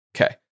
Okay